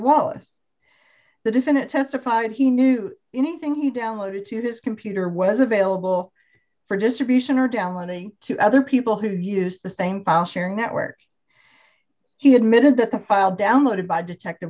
wallace the defendant testified he knew anything he downloaded to his computer was available for distribution or download me to other people who have used the same file sharing network he admitted that the file downloaded by detect